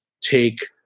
take